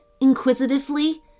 inquisitively